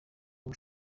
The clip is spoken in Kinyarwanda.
ubu